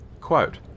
Quote